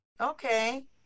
Okay